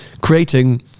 creating